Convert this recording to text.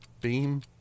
beam